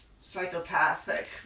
psychopathic